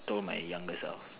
told my younger self